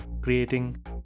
creating